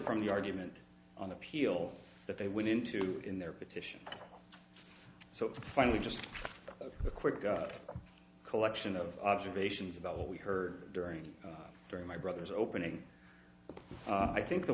from the argument on appeal that they went into in their petition so finally just a quick collection of observations about what we heard during during my brother's opening i think the